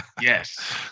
Yes